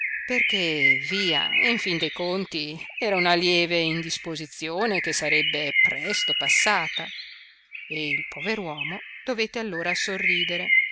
perché via in fin de conti era una lieve indisposizione che sarebbe presto passata e il pover uomo dovette allora sorridere